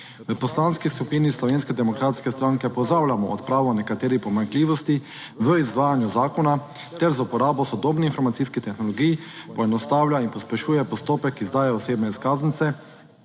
V Poslanski skupini Slovenske demokratske stranke pozdravljamo odpravo nekaterih pomanjkljivosti v izvajanju zakona ter z uporabo sodobnih informacijskih tehnologij poenostavlja in pospešuje postopek izdaje osebne izkaznice